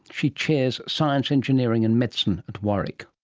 she chairs science, engineering and medicine at warwick.